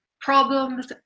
problems